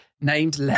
named